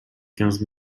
quinze